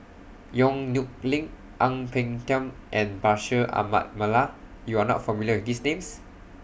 Yong Nyuk Lin Ang Peng Tiam and Bashir Ahmad Mallal YOU Are not familiar with These Names